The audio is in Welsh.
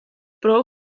bro